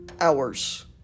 hours